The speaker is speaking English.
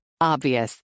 Obvious